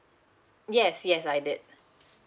yes yes like that